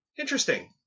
interesting